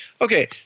Okay